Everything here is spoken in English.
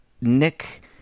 Nick